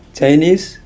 Chinese